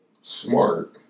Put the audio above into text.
Smart